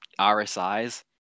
RSI's